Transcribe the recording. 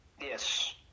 Yes